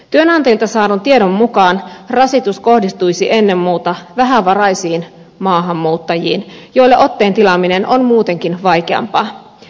työnantajilta saadun tiedon mukaan rasitus kohdistuisi ennen muuta vähävaraisiin maahanmuuttajiin joille otteen tilaaminen on muutenkin vaikeampaa